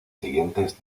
siguientes